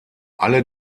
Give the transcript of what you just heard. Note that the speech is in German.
alle